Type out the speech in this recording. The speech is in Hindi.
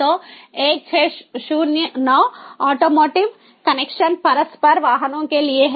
तो 1609 आटोमोटिव कनेक्शन परस्पर वाहनों के लिए है